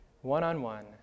One-on-one